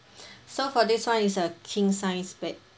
so for this one is a king sized bed